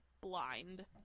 blind